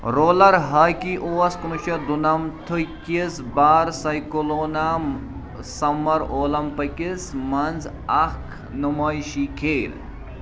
rural hockey اوس کُنوُہ شَتھ دُنَمتھٕ کِس بارسَیکٕلونا سَمَر اولمپٕکِس منٛز اَکھ نُمٲیشی کھیل